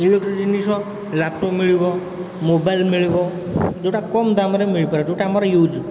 electric ଜିନିଷ laptop ମିଳିବ mobile ମିଳିବ ଯେଉଁଟା କମ୍ ଦାମ୍ରେ ମିଳିପାରିବ ଯେଉଁଟା ଆମର ୟୁଜ୍